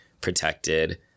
protected